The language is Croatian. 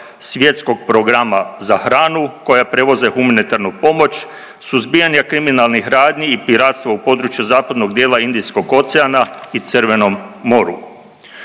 Svjetskog programa za hranu koja prevoze humanitarnu pomoć, suzbijanje kriminalnih radnji i piratstva u području zapadnog dijela Indijskog oceana i Crvenom moru.